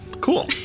Cool